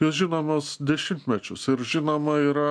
jos žinomos dešimtmečius ir žinoma yra